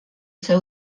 ser